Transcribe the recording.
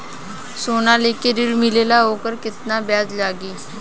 सोना लेके ऋण मिलेला वोकर केतना ब्याज लागी?